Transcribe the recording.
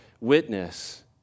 witness